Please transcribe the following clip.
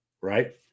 right